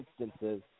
instances